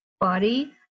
body